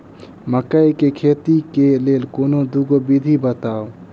मकई केँ खेती केँ लेल कोनो दुगो विधि बताऊ?